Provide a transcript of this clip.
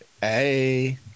Hey